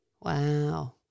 Wow